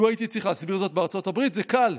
לו הייתי צריך להסביר זאת בארצות הברית זה קל,